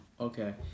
Okay